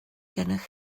gennych